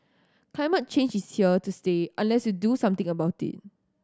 climate change is here to stay unless you do something about it